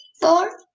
four